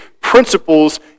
principles